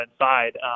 inside